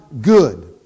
good